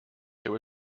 there